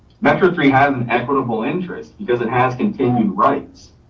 metro three has an equitable interest because it has continued rights.